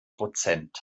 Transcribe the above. prozent